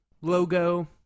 logo